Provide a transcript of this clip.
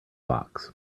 box